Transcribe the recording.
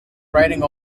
riding